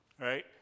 right